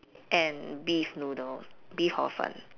and beef noodles beef hor fun